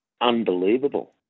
unbelievable